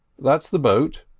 that's the boat,